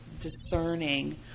discerning